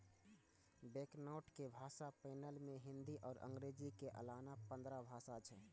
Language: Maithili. बैंकनोट के भाषा पैनल मे हिंदी आ अंग्रेजी के अलाना पंद्रह भाषा छै